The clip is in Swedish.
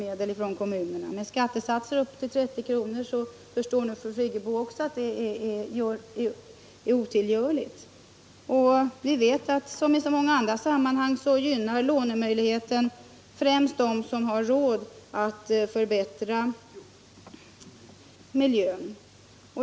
Med tanke på att kommunerna har skattesatser på upp till 30 26 förstår nog också fru Friggebo att det kan vara ogörligt. Liksom i så många andra fall gynnar lånemöjligheten främst dem som har råd att förbättra miljön.